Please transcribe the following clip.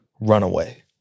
runaway